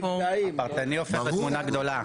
פרטני הופך לתמונה גדולה.